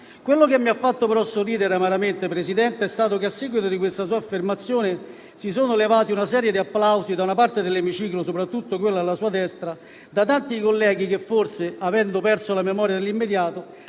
ciò che mi ha fatto, però, sorridere amaramente è stato che, a seguito di questa affermazione, si sono levati una serie di applausi da una parte dell'emiciclo, soprattutto quello alla sua destra, e da tanti colleghi, che forse, avendo perso la memoria nell'immediato,